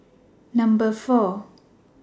Number four